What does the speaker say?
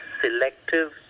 selective